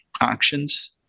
Actions